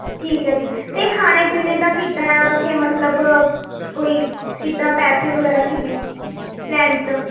ਠੀਕ ਹੈ ਜੀ ਅਤੇ ਖਾਣੇ ਪੀਣੇ ਦਾ ਕਿੱਦਾਂ ਹੈ ਉੱਥੇ ਮਤਲਬ ਕੋਈ ਕਿੱਦਾਂ ਪੈਸੇ ਵਗੈਰਾ ਕਿੰਨੇ ਰੈਂਟ